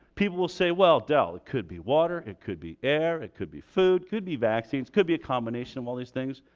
people will say well, del it could be water, it could be air, it could be food, it could be vaccines could be a combination of all these things.